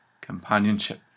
companionship